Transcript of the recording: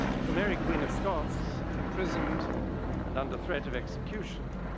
for mary, queen of scots, imprisoned and under threat of execution,